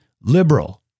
liberal